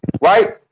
right